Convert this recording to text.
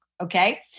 okay